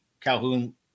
Calhoun